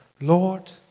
Lord